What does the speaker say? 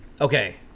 Okay